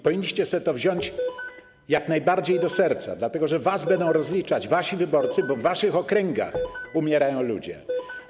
Powinniście sobie to wziąć jak najbardziej do serca, dlatego że was będą rozliczać wasi wyborcy, bo w waszych okręgach umierają ludzie.